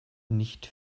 nicht